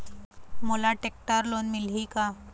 मोला tractor loan मिलही का?